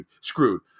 screwed